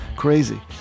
crazy